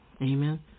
amen